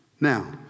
Now